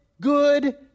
good